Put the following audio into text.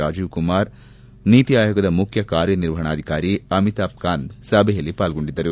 ರಾಜೀವ್ ಕುಮಾರ್ ನೀತಿ ಆಯೋಗದ ಮುಖ್ಯ ಕಾರ್ಯನಿರ್ವಹಣಾಧಿಕಾರಿ ಅಮಿತಾಬ್ ಕಾಂತ್ ಸಭೆಯಲ್ಲಿ ಪಾಲ್ಗೊಂಡಿದ್ದರು